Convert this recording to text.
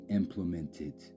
implemented